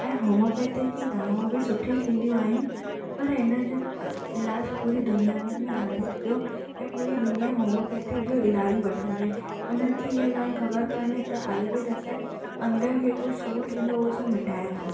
ऐं होमोपैथिक जूं दवाऊं बि सुठियूं थींदियूं आहिनि पर हिन जो इलाज पूरी दुनियां भर में हले पियो ऐं पूरी दुनियां होमोपैथिक जो इलाज ई वठंदी आहे हिननि खे इहा ख़बर कोन्हे त आयुर्वेद असांजे अंदर जेको सूर थींदो आहे उहो मिटाए थो